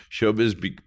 showbiz